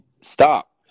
stop